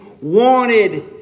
wanted